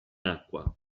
acqua